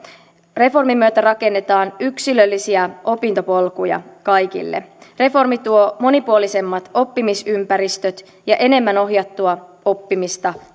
reformin myötä rakennetaan yksilöllisiä opintopolkuja kaikille reformi tuo monipuolisemmat oppimisympäristöt ja enemmän työpaikoilla ohjattua oppimista